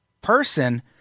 person